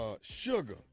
Sugar